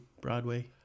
Broadway